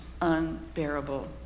unbearable